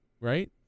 right